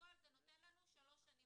בפועל זה נותן לנו שלוש שנים